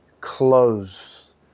clothes